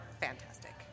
fantastic